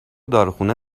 داروخونه